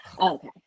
Okay